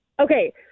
okay